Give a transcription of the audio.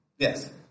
Yes